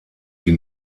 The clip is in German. die